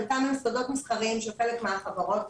חלקם סודות מסחריים של חלק מהחברות,